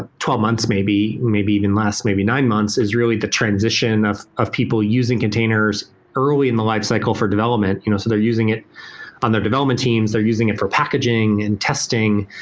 ah twelve months maybe, maybe even less, maybe nine months, is really the transition of of people using containers early in the lifecycle for development. you know so they're using it on their development teams. they're using it for packaging and testing,